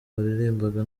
baririmbaga